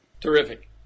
Terrific